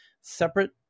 separate